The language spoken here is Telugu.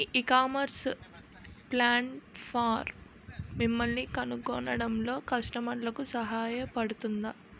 ఈ ఇకామర్స్ ప్లాట్ఫారమ్ మిమ్మల్ని కనుగొనడంలో కస్టమర్లకు సహాయపడుతుందా?